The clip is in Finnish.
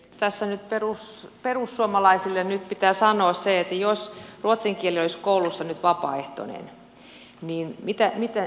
tässä nyt perussuomalaisille pitää sanoa se että jos ruotsin kieli olisi koulussa nyt vapaaehtoinen niin mihin se johtaisi